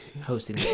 hosting